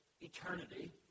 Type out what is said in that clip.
eternity